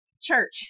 Church